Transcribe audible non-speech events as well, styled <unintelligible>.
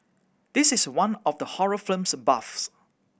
this is one for the horror <unintelligible> buffs